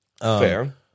Fair